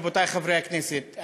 רבותי חברי הכנסת,